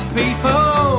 people